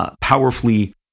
Powerfully